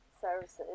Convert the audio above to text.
services